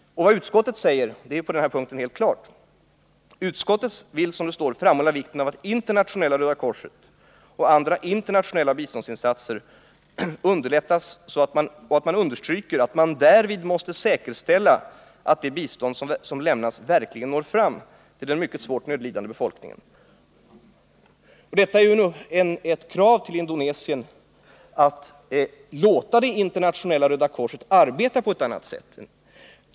Vad utskottet säger på denna punkt är helt klart: ”Utskottet vill samtidigt framhålla vikten av att Internationella röda korsets och andra internationella biståndsinsatser i största möjliga utsträckning underlättas i området samt understryker att man därvid måste säkerställa att det bistånd som lämnas verkligen når fram till den mycket svårt nödlidande befolkningen.” Detta är ett krav på att Indonesien skall låta Internationella röda korset arbeta på ett annat sätt.